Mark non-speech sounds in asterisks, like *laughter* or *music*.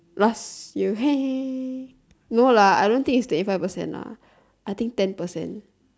last year *noise* no lah I don't think it's twenty five percent lah I think ten percent